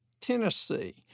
Tennessee